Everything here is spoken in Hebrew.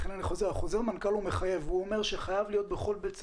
חוזר מנכ"ל אומר שחייב להיות בכל בית ספר,